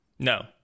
No